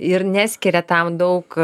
ir neskiria tam daug